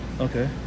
Okay